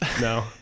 no